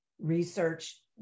research